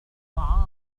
طعام